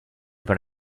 but